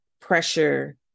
pressure